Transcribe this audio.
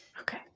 Okay